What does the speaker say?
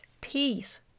peace